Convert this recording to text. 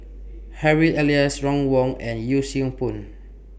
Harry Elias Ron Wong and Yee Siew Pun